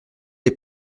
les